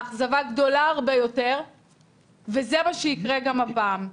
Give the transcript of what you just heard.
האכזבה גדולה הרבה יותר וזה מה שיקרה גם הפעם.